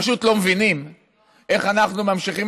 פשוט לא מבינים איך אנחנו ממשיכים